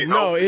no